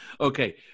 Okay